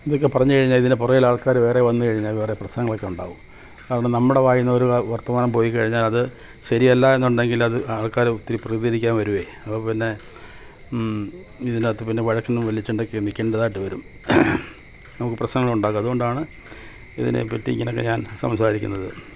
ഇതൊക്കെ പറഞ്ഞ് കഴിഞ്ഞാൽ ഇതിൽ പുറകിൽ ആൾക്കാർ വേറെ വന്ന് കഴിഞ്ഞാൽ വേറെ പ്രശ്നങ്ങളൊക്കെ ഉണ്ടാകും അതുകൊണ്ട് നമ്മുടെ വായിന്ന് ഒരു വർത്തമാനം പോയി കഴിഞ്ഞാലത് ശരിയല്ലാന്നുണ്ടെങ്കിലത് ആൾക്കാർ ഒത്തിരി പ്രതികരിക്കാൻ വരുമേ അപ്പം പിന്നെ ഇതിനകത്ത് പിന്നെ വഴക്ക് വലിച്ചോണ്ടൊക്കെ നിൽക്കേണ്ടതായിട്ട് വരും നമുക്ക് പ്രശ്നങ്ങളുണ്ടാക്കും അതുകൊണ്ടാണ് ഇതിനെപ്പറ്റി ഇങ്ങനെയൊക്കെ ഞാൻ സംസാരിക്കുന്നത്